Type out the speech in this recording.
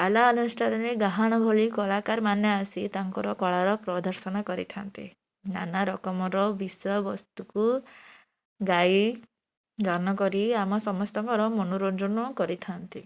ପାଲା ଅନୁଷ୍ଠାନରେ ଗାହାଣ ଭଳି କଳାକାରମାନେ ଆସି ତାଙ୍କର କଳାର ପ୍ରଦର୍ଶନ କରିଥାନ୍ତି ନାନା ରକମର ବିଷୟ ବସ୍ତୁକୁ ଗାଇ ଗାନ କରି ଆମ ସମସ୍ତଙ୍କର ମନୋରଞ୍ଜନ କରିଥାନ୍ତି